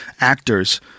actors